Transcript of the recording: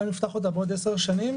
גם אם נפתח אותה בעוד עשר שנים,